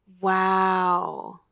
wow